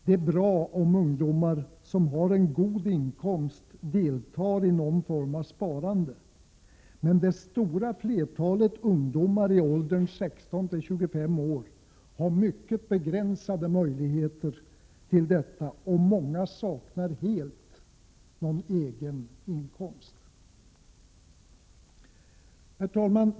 Det är bra om ungdomar med god inkomst deltar i någon form av sparande, men det stora flertalet ungdomar i åldern 16-25 år har mycket begränsade möjligheter till detta, och många saknar helt egen inkomst. Herr talman!